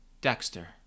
Dexter